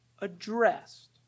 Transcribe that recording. addressed